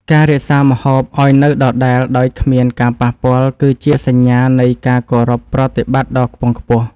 ការរក្សាម្ហូបឱ្យនៅដដែលដោយគ្មានការប៉ះពាល់ គឺជាសញ្ញានៃការគោរពប្រតិបត្តិដ៏ខ្ពង់ខ្ពស់។